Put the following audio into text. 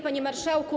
Panie Marszałku!